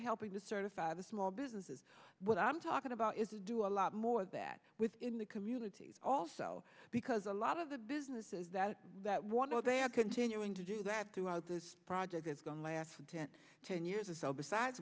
helping to certify the small businesses what i'm talking about is do a lot more that within the community also because a lot of the businesses that that what they are continuing to do that throughout this project is going to last for ten ten years or so besides